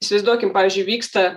įsivaizduokim pavyzdžiui vyksta